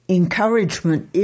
encouragement